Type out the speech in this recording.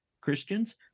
Christians